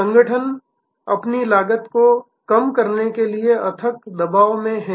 संगठन अपनी लागत को कम करने के लिए अथक दबाव में हैं